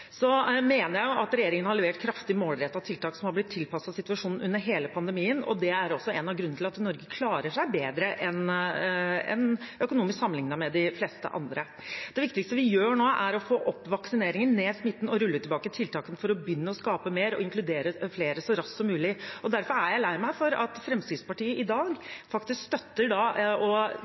Så mener jeg at regjeringen har levert kraftige, målrettede tiltak som har blitt tilpasset situasjonen under hele pandemien, og det er også en av grunnene til at Norge klarer seg bedre økonomisk sammenlignet med de fleste andre. Det viktigste vi gjør nå, er å få opp vaksineringen, ned smitten og rulle tilbake tiltakene for å begynne å skape mer og inkludere flere så raskt som mulig. Derfor er jeg lei meg for at Fremskrittspartiet i dag støtter